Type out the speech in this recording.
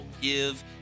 give